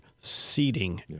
seating